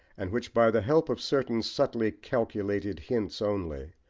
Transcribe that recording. and which by the help of certain subtly calculated hints only,